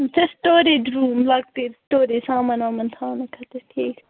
اَچھا storage room لۅکٹٕے storage سامان وامان تھاونہٕ خٲطِر ٹھیٖک